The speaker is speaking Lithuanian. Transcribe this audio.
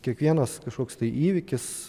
kiekvienas kažkoks tai įvykis